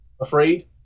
afraid